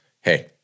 hey